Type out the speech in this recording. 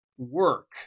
work